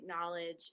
knowledge